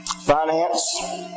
Finance